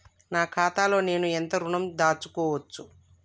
నా ఖాతాలో నేను ఎంత ఋణం దాచుకోవచ్చు?